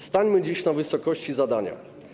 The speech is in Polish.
Stańmy dziś na wysokości zadania.